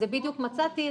ובדיוק מצאתי,